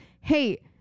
hey